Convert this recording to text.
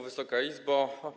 Wysoka Izbo!